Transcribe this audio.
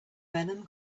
venom